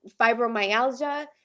fibromyalgia